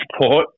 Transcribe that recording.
support